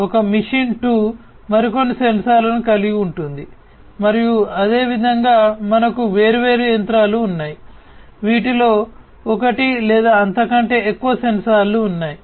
ఒక మెషిన్ 2 మరికొన్ని సెన్సార్లను కలిగి ఉంటుంది మరియు అదేవిధంగా మనకు వేర్వేరు యంత్రాలు ఉన్నాయి వీటిలో ఒకటి లేదా అంతకంటే ఎక్కువ సెన్సార్లు ఉన్నాయి